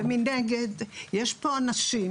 ומנגד יש פה אנשים